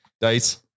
Dice